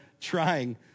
trying